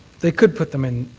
they could put them in,